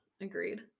Agreed